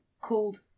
called